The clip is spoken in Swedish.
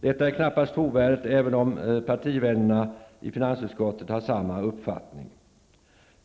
Detta är knappast trovärdigt även om partivännerna i finansutskottet har samma uppfattning.